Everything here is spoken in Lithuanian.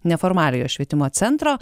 neformaliojo švietimo centro